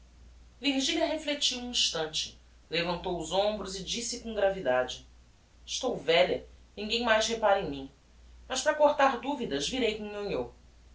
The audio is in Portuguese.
virgilia reflectiu um instante levantou os hombros e disse com gravidade estou velha ninguem mais repara em mim mas para cortar duvidas virei